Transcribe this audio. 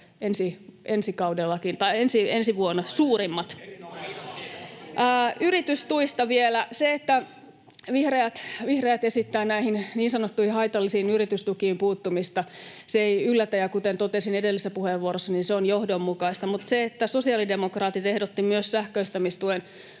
politiikkaa!] Yritystuista vielä: se, että vihreät esittävät näihin niin sanottuihin haitallisiin yritystukiin puuttumista, ei yllätä, ja kuten totesin edellisessä puheenvuorossa, se on johdonmukaista, mutta se, että sosiaalidemokraatit ehdottivat myös sähköistämistuen